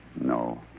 No